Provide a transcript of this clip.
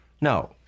No